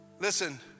Listen